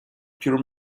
pure